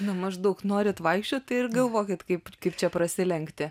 na maždaug norit vaikščiot tai ir galvokit kaip kaip čia prasilenkti